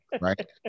right